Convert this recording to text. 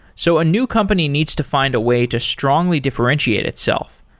so a new company needs to find a way to strongly differentiate itself.